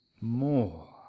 more